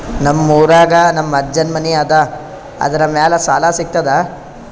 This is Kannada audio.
ನಮ್ ಊರಾಗ ನಮ್ ಅಜ್ಜನ್ ಮನಿ ಅದ, ಅದರ ಮ್ಯಾಲ ಸಾಲಾ ಸಿಗ್ತದ?